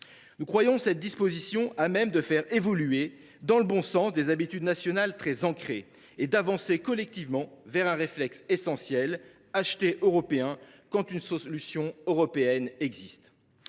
Nous croyons cette disposition à même de faire évoluer dans le bon sens des habitudes nationales très ancrées et d’avancer collectivement vers un réflexe essentiel : acheter européen quand une solution européenne existe.